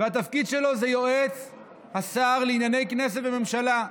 והתפקיד שלו זה יועץ השר לענייני כנסת וממשלה.